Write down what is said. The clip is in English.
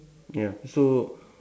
ya so